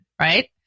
Right